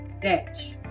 Dash